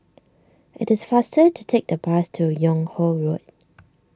it is faster to take the bus to Yung Ho Road